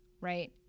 right